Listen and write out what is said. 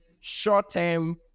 short-term